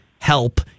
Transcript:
help